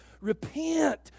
repent